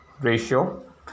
ratio